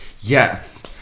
yes